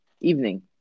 Evening